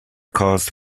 caused